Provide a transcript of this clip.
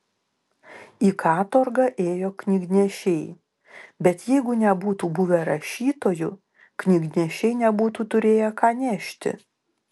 į katorgą ėjo knygnešiai bet jeigu nebūtų buvę rašytojų knygnešiai nebūtų turėję ką nešti